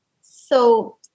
So-